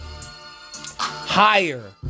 higher